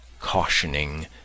cautioning